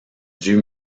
dieu